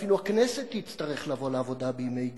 אפילו הכנסת תצטרך לבוא לעבודה בימי ג',